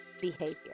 behavior